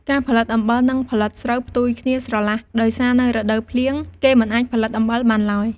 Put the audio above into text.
ការផលិតអំបិលនិងផលិតស្រូវផ្ទុយគ្នាស្រឡះដោយសារនៅរដូវភ្លៀងគេមិនអាចផលិតអំបិលបានឡើយ ។